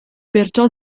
perciò